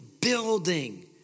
building